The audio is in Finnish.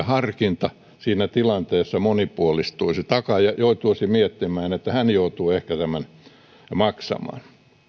harkinta siinä tilanteessa monipuolistuisi takaaja joutuisi miettimään että hän joutuu ehkä tämän maksamaan